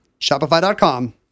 shopify.com